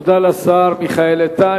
תודה לשר מיכאל איתן.